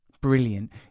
Brilliant